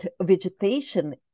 vegetation